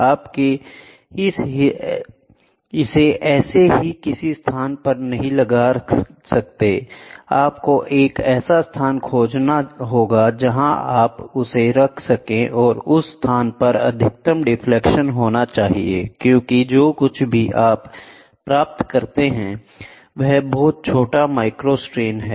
आपके इसे ऐसे ही किसी स्थान पर नहीं रख सकते आपको एक ऐसा स्थान खोजना होगा जहां आप उसे रख सकें और उस स्थान पर अधिकतम डिफलेक्शन होना चाहिए क्योंकि जो कुछ भी आप प्राप्त करते हैं वह बहुत छोटे माइक्रोस्ट्रेन हैं